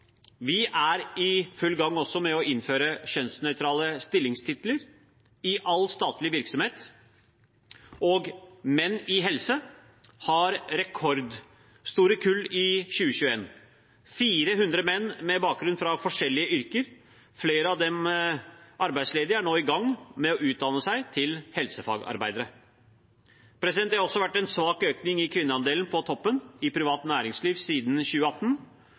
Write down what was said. Vi er også i full gang med å innføre kjønnsnøytrale stillingstitler i all statlig virksomhet, og «Menn i helse» har rekordstore kull i 2021. 400 menn med bakgrunn fra forskjellige yrker, flere av dem arbeidsledige, er nå i gang med å utdanne seg til helsefagarbeidere. Det har også vært en svak økning i kvinneandelen på toppen i privat næringsliv siden 2018.